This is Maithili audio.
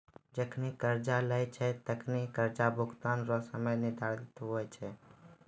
जखनि कर्जा लेय छै तखनि कर्जा भुगतान रो समय निर्धारित हुवै छै